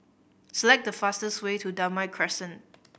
select the fastest way to Damai Crescent